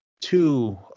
two